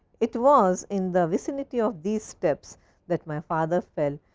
it was in the vicinity of these steps that my father fell,